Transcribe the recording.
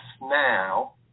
now